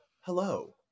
Hello